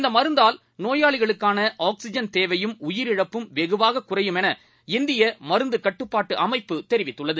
இந்தமருந்தால் நோயாளிகளுக்கானஆக்சிஜன்தேவையும்உயிரிழப்பும்வெகுவாககுறையும்எனஇந்தியமரு ந்துக்கட்டுப்பாட்டுஅமைப்புதெரிவித்துள்ளது